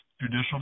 judicial